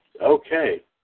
Okay